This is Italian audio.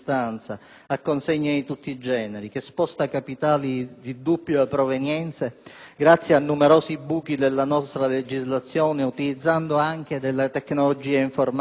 grazie a numerosi buchi della nostra legislazione, utilizzando anche le tecnologie informatiche più avanzate. Proprio sulle leggi vigenti bisogna porre l'attenzione.